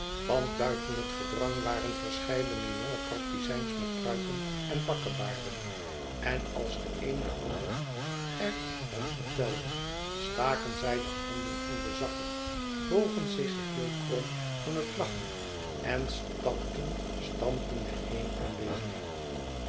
want buiten het gedrang waren verscheidene jonge praktizijns met pruiken en bakkebaarden en als de een den ander er van vertelde staken zij de handen in de zakken bogen zich geheel krom van het lachen en stapten stampende heen en weder